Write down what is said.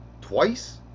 twice